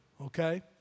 okay